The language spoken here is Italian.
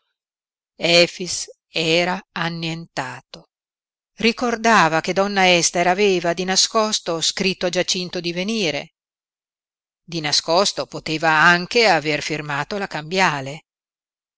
era annientato ricordava che donna ester aveva di nascosto scritto a giacinto di venire di nascosto poteva anche aver firmato la cambiale